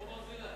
כמו "ברזילי".